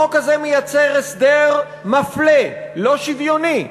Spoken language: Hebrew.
החוק הזה מייצר הסדר מפלה, לא שוויוני.